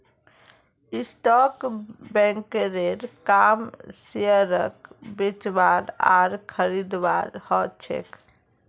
stock ब्रोकरेर काम शेयरक बेचवार आर खरीदवार ह छेक